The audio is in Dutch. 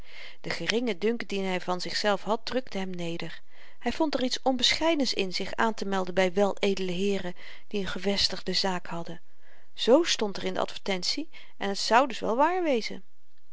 de geringe dunk dien hy van zichzelf had drukte hem neder hy vond er iets onbescheidens in zich aantemelden by weledele heeren die n gevestigde zaak hadden z stond er in de advertentie en t zou dus wel waar wezen